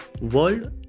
World